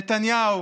נתניהו,